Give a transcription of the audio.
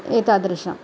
एतादृशं